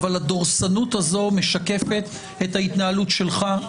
אבל הדורסנות הזו משקפת את ההתנהלות שלך,